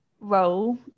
role